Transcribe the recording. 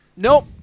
Nope